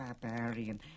Barbarian